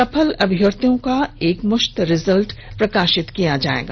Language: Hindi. सफल अभ्यर्थियों का एक मुश्त रिजल्ट प्रकाशित किया जाएगा